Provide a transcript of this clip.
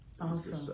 Awesome